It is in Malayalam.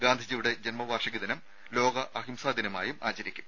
ഗാന്ധിജിയുടെ ജന്മവാർഷിക ദിനം ലോക അഹിംസ ദിനമായും ആചരിക്കും